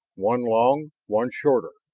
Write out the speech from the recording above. one long, one shorter.